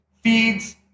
feeds